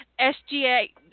SGA